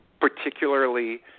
Particularly